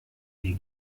mir